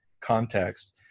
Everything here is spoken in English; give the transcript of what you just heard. context